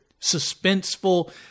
suspenseful